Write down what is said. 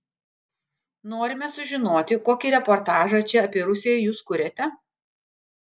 norime sužinoti kokį reportažą čia apie rusiją jūs kuriate